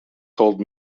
told